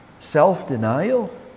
Self-denial